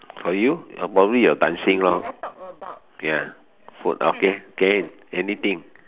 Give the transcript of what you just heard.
for you probably your dancing lor ya food okay can anything